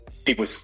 People